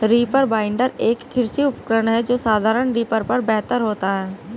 reaper binder, एक कृषि उपकरण है जो साधारण रीपर पर बेहतर होता है